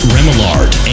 Remillard